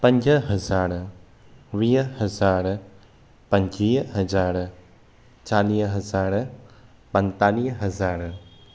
पंज हज़ार वीह हज़ार पंजवीह हज़ार चालीह हज़ार पंतालीह हज़ार